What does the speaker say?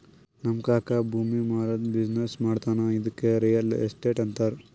ನಮ್ ಕಾಕಾ ಭೂಮಿ ಮಾರಾದ್ದು ಬಿಸಿನ್ನೆಸ್ ಮಾಡ್ತಾನ ಇದ್ದುಕೆ ರಿಯಲ್ ಎಸ್ಟೇಟ್ ಅಂತಾರ